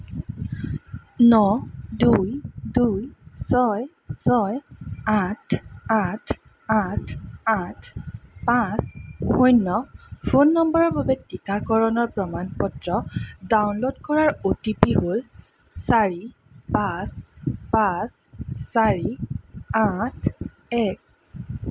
ন দুই দুই ছয় ছয় আঠ আঠ আঠ আঠ পাঁচ শূন্য ফোন নম্বৰৰ বাবে টীকাকৰণৰ প্ৰমাণ পত্ৰ ডাউনলোড কৰাৰ অ' টি পি হ'ল চাৰি পাঁচ পাঁচ চাৰি আঠ এক